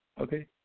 Okay